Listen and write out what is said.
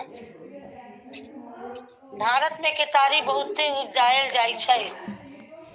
भारत मे केतारी बहुते उपजाएल जाइ छै